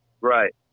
right